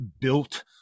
built